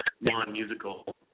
non-musical